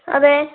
അതെ